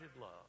love